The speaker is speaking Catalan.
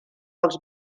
els